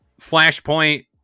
flashpoint